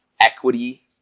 equity